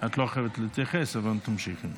את לא חייבת להתייחס אבל תמשיכי.